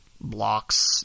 blocks